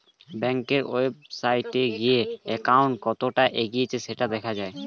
ব্যাংকের ওয়েবসাইটে গিয়ে অ্যাকাউন্ট কতটা এগিয়েছে সেটা দেখা যায়